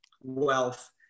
wealth